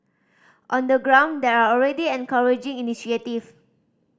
on the ground there are already encouraging initiative